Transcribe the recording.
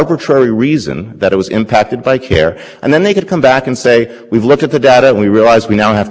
please the court my name is jessica o'donnell with the department of justice i'm here today on behalf of the p